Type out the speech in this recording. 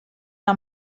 una